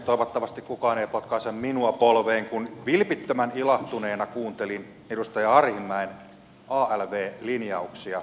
toivottavasti kukaan ei potkaise minua polveen kun vilpittömän ilahtuneena kuuntelin edustaja arhinmäen alv linjauksia